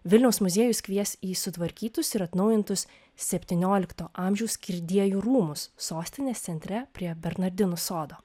vilniaus muziejus kvies į sutvarkytus ir atnaujintus septyniolikto amžiaus kirdiejų rūmus sostinės centre prie bernardinų sodo